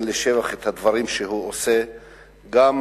לשבח את הדברים שעושה שר החינוך,